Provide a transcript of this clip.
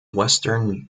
western